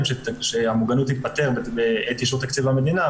שהמוגנות תיפתר בעת אישור תקציב המדינה,